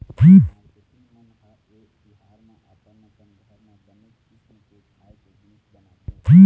marketing मन ह ए तिहार म अपन अपन घर म बनेच किसिम के खाए के जिनिस बनाथे